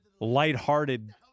lighthearted